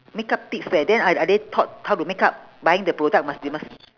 makeup tips leh then are are they taught how to makeup buying the product must they must